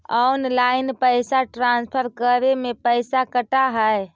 Online पैसा transfer करे में पैसा कटा है?